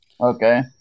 Okay